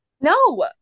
No